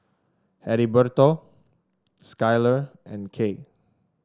Heriberto Skyler and Kay